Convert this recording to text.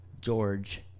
George